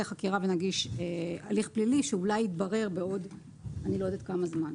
חקירה ונגיש הליך פלילי שאולי יתברר בעוד אני לא יודעת כמה זמן.